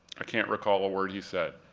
i can't recall a word he said.